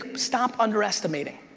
stop underestimating.